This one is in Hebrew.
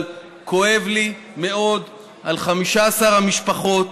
אבל כואב לי מאוד על 15 המשפחות